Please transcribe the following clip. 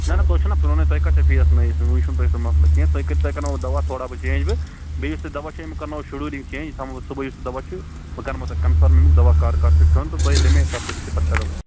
نہ نہ تُہۍ چھُو نا پرٛونُے تۅہہِ کَتہِ چھُ فیٖس نٔیِس دیُن وُِنہِ چھُنہٕ تۅہہِ سُہ مَسلہٕ کیٚنٛہہ تُہۍ کٔر تُہۍ کَرٕناو بہٕ دَوا تھوڑا بہٕ چیٚنٛج بہٕ بیٚیہِ یُس تۅہہِ دَوا چھِ یِم کَرناوو شِڈیوٗلِنٛگ چیٚج یہِ تھاو بہٕ صُبحٕے یُس سُہ دَوا چھُ سُہ کَرٕناوو بہٕ کَنفٕرٕم یہِ دَوا کَر کَر چھُ کھیٚون تہٕ تۅہہِ تَمے حِسابہٕ کٔرِو پَتہٕ کَنفٕرٕم